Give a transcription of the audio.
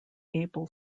able